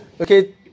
Okay